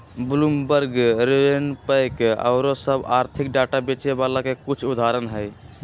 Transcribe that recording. Bloomberg, RavenPack आउरो सभ आर्थिक डाटा बेचे बला के कुछ उदाहरण हइ